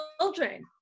children